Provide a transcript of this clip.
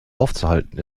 aufzuhalten